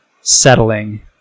settling